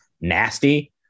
nasty